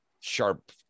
sharp